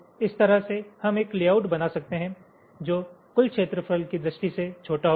तो इस तरह से हम एक लेआउट बना सकते हैं जो कुल क्षेत्रफल की दृष्टि से छोटा होगा